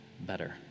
better